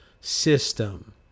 system